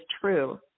true